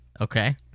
Okay